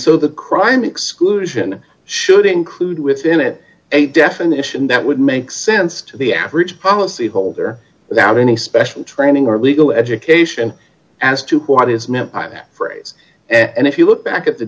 so the crime exclusion should include within it a definition that would make sense to the average policyholder without any special training or legal education as to what is meant by that phrase and if you look back at the